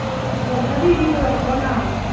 ꯑꯧ ꯑꯧ ꯁꯖꯤꯗꯤ ꯎꯔꯛꯄ꯭ꯔꯣ ꯅꯪ